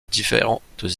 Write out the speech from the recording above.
différentes